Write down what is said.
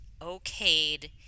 okayed